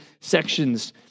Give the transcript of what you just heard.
sections